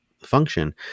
function